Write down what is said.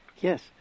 Yes